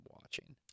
watching